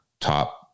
top